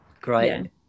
Great